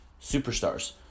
superstars